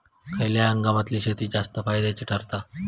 खयल्या हंगामातली शेती जास्त फायद्याची ठरता?